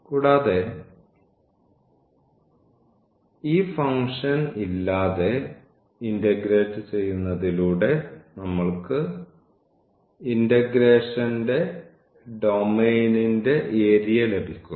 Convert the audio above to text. കൂടാതെ ഈ ഫംഗ്ഷൻ ഇല്ലാതെ ഇന്റഗ്രേറ്റ് ചെയ്യുന്നതിലൂടെ നമ്മൾക്ക് ഇന്റഗ്രേഷന്റെ ഡൊമെയ്നിന്റെ ഏരിയ ലഭിക്കുന്നു